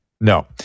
No